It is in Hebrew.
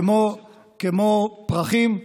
כמו פרחים,